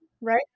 Right